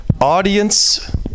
Audience